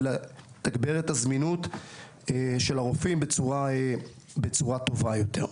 לתגבר את הזמינות של הרופאים בצורה טובה יותר.